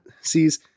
sees